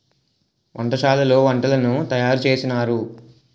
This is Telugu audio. వంటశాలలో వంటలను తయారు చేసినారు